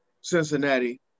Cincinnati